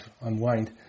unwind